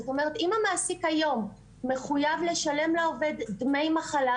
זאת אומרת אם המעסיק היום מחוייב לשלם לעובד דמי מחלה,